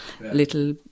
little